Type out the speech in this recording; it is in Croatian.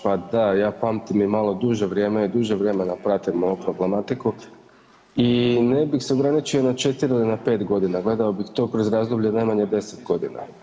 Pa da ja pamtim i malo duže vrijeme i duže vremena pratim ovu problematiku i ne bih se ograničio na 4 ili 5 godina, gledao bih to kroz razdoblje najmanje 10 godina.